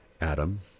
Adam